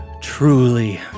truly